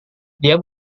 dia